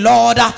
Lord